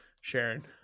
Sharon